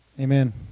Amen